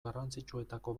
garrantzitsuetako